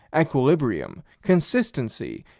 equilibrium, consistency,